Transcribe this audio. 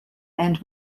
end